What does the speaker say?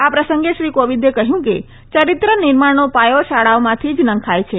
આ પ્રસંગે શ્રી કોવિંદે કહ્યું કે યરિત્ર નિર્માણનો પાયો શાળાઓમાંથી જ નંખાથ છે